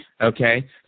Okay